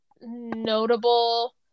notable